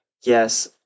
yes